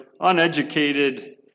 uneducated